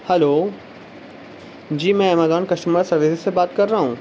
hello جی میں Amazon customer services سے بات کر رہاں ہوں